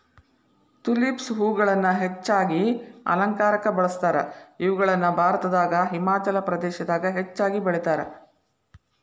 tulips ಹೂಗಳನ್ನ ಹೆಚ್ಚಾಗಿ ಅಲಂಕಾರಕ್ಕ ಬಳಸ್ತಾರ, ಇವುಗಳನ್ನ ಭಾರತದಾಗ ಹಿಮಾಚಲ ಪ್ರದೇಶದಾಗ ಹೆಚ್ಚಾಗಿ ಬೆಳೇತಾರ